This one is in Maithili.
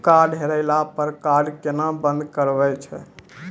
कार्ड हेरैला पर कार्ड केना बंद करबै छै?